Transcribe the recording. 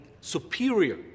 superior